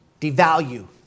devalue